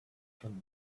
from